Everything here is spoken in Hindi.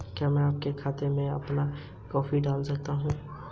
क्या मैं अपने खाते में अपनी माता जी को जॉइंट कर सकता हूँ?